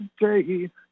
today